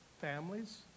families